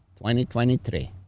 2023